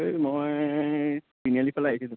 এই মই তিনিআলি ফালে আহিছিলোঁ